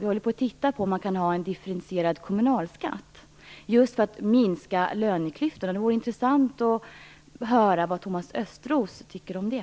Vi håller på att titta på om man kan ha en differentierad kommunalskatt, just för att minska löneklyftorna. Det vore intressant att höra vad Thomas Östros tycker om det.